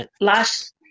last